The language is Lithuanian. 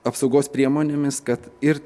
apsaugos priemonėmis kad ir